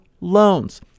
loans